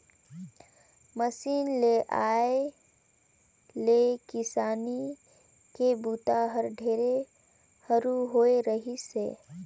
machine के आए ले किसानी के बूता हर ढेरे हरू होवे रहीस हे